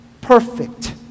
perfect